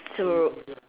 so